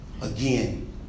again